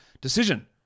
decision